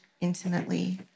intimately